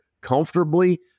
comfortably